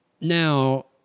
Now